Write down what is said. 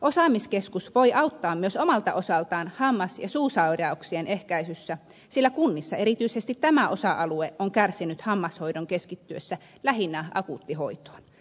osaamiskeskus voi auttaa myös omalta osaltaan hammas ja suusairauksien ehkäisyssä sillä kunnissa erityisesti tämä osa alue on kärsinyt hammashoidon keskittyessä lähinnä akuuttihoitoon